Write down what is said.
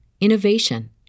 innovation